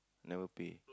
never pay